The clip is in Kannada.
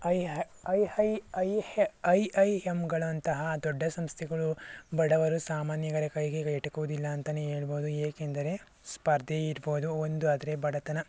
ಐ ಹೈ ಐ ಹೈ ಐ ಐ ಎಮ್ಗಳಂತಹ ದೊಡ್ಡ ಸಂಸ್ಥೆಗಳು ಬಡವರ ಸಾಮಾನ್ಯರ ಕೈಗೆ ಎಟಕೋದಿಲ್ಲ ಅಂತಲೇ ಹೇಳ್ಬೋದು ಏಕೆಂದರೆ ಸ್ಪರ್ಧೆ ಇರ್ಬೋದು ಒಂದು ಆದರೆ ಬಡತನ